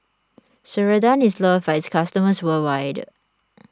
Ceradan is loved by its customers worldwide